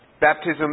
baptism